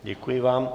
Děkuji vám.